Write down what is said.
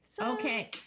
Okay